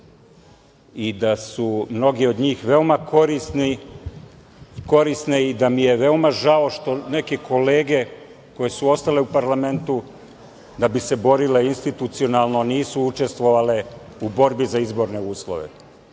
i da su mnoge od njih veoma korisne i da mi je veoma žao što neke kolege koje su ostale u parlamentu da bi se borile institucionalno, a nisu učestvovale u borbi za izborne uslove,